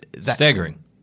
staggering